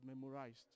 memorized